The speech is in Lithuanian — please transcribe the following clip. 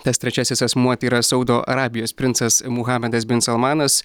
tas trečiasis asmuo tai yra saudo arabijos princas muhamedas bin salmanas